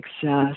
success